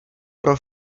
pro